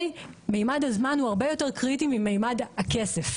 ממד הזמן הוא הרבה יותר קריטי ממד הכסף.